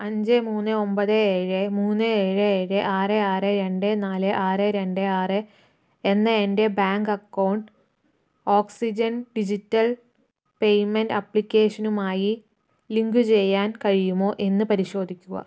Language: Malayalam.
അഞ്ച് മൂന്ന് ഒമ്പത് ഏഴ് മൂന്ന് ഏഴ് ഏഴ് ആറ് ആറ് രണ്ട് നാല് ആറ് രണ്ട് ആറ് എന്ന എൻ്റെ bank account oxygen digital payment ആപ്ലിക്കേഷനുമായി ലിങ്ക് ചെയ്യാൻ കഴിയുമോ എന്ന് പരിശോധിക്കുക